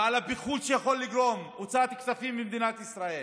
ועל הפיחות שיכול להיגרם בשל הוצאת כספים ממדינת ישראל.